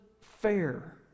fair